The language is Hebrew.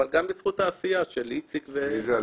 אבל גם בזכות העשייה של איציק ו --- ומה העלויות?